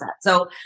So-